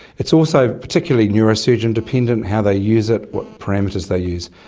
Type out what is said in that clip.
it's also particularly neurosurgeon dependent, how they use it, what parameters they use.